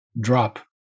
drop